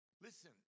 Listen